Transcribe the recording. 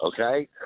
okay